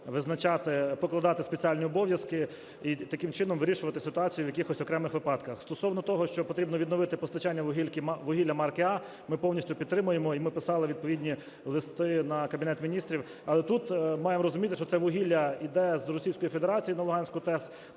визначати, покладати спеціальні обов'язки і таким чином вирішувати ситуацію в якихось окремих випадках. Стосовно того, що потрібно відновити постачання вугілля марки "А" ми повністю підтримуємо і ми писали відповідні листи на Кабінет Міністрів. Але тут маємо розуміти, що це вугілля іде з Російської Федерації на Луганську ТЕС,